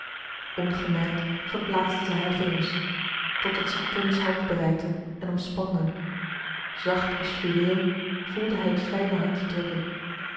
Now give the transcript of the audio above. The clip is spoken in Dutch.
ongemerkt verplaatste zij haar vingers totdat zij tonie's hand bereikmarcellus emants een drietal novellen ten en omspanden zacht als fluweel voelde hij het fijne handje drukken